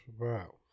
wow